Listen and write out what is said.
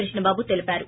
కృష్ణబాబు తెలిపారు